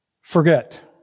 forget